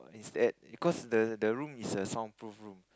is that because the the room is a soundproof room